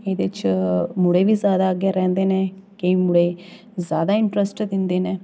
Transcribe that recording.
एह्दे च मुड़े बी ज्यादा अग्गें रैंह्दे न केईं मुड़े ज्यादा इंट्रैस्ट दिंदे न